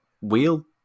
wheel